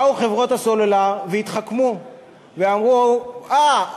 באו חברות הסלולר והתחכמו ואמרו: אה,